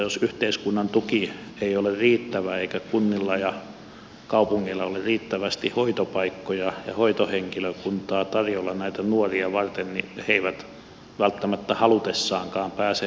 jos yhteiskunnan tuki ei ole riittävä eikä kunnilla ja kaupungeilla ole riittävästi hoitopaikkoja ja hoitohenkilökuntaa tarjolla näitä nuoria varten niin he eivät välttämättä halutessaankaan pääse hoitoon